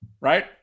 right